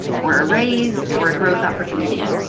or a raise, or a growth opportunity.